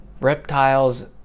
reptiles